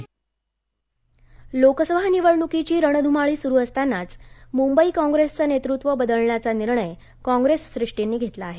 मंबई कॉग्रेस लोकसभा निवडणुकीची रणधुमाळी सुरू असतानाच मुंबई काँप्रेसचं नेतृत्व बदलण्याचा निर्णय काँप्रेस श्रेष्ठींनी घेतला आहे